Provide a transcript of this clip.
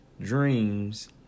dreams